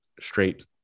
straight